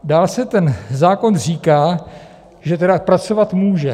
Dále ten zákon říká, že tedy pracovat může.